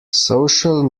social